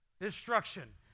destruction